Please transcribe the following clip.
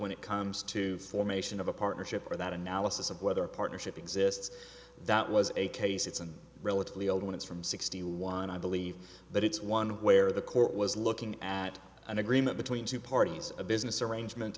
when it comes to formation of a partnership for that analysis of whether a partnership exists that was a case it's a relatively old one it's from sixty one i believe but it's one where the court was looking at an agreement between two parties a business arrangement